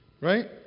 right